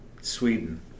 Sweden